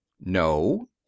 no